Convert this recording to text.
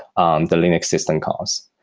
um the linux systems calls.